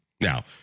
Now